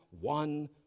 one